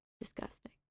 Disgusting